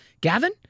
Gavin